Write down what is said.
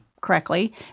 correctly